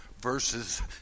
versus